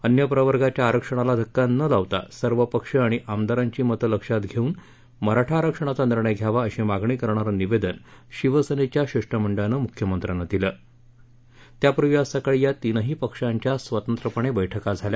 अन्य प्रवर्गाच्या आरक्षणाला धक्का न लावता सर्व पक्ष आणि आमदाराही मतविक्षात घेऊन मराठा आरक्षणाचा निर्णय घ्यावा अशी मागणी करणारतिवेदन शिवसेनेच्या शिष्टमहिळान मुख्यमश्रीत्ति दिलक्ष त्यापूर्वी आज सकाळी या तीनही पक्षाच्या स्वतत्त्विणे बैठका झाल्या